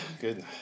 good